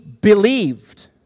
believed